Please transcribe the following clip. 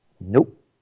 Nope